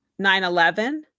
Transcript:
9-11